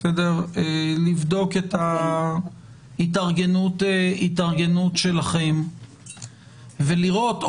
לבדוק את ההתארגנות שלכם ולראות,